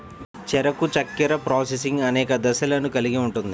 చెరకు చక్కెర ప్రాసెసింగ్ అనేక దశలను కలిగి ఉంటుంది